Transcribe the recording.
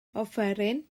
offeryn